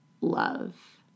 love